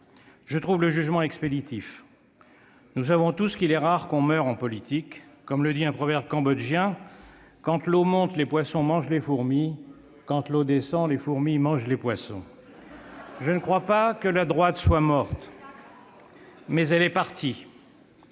Je trouve le jugement expéditif. Nous savons tous qu'il est rare qu'on meure en politique. Comme le dit un proverbe cambodgien, « quand l'eau monte, les poissons mangent les fourmis, quand l'eau descend, les fourmis mangent les poissons ». Je ne crois pas que la droite soit morte, mais elle est partie.